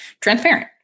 transparent